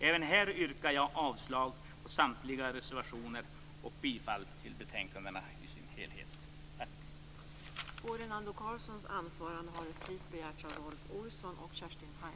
Även här yrkar jag avslag på samtliga reservationer och bifall till utskottets hemställan i dess helhet i båda betänkandena.